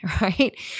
right